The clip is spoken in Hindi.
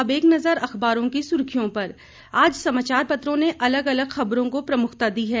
अब एक नजर अखबारों की सुर्खियों पर आज समाचार पत्रों ने अलग अलग खबरों को प्रमुखता दी है